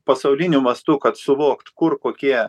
pasauliniu mastu kad suvokt kur kokie